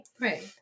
right